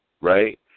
right